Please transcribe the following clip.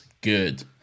good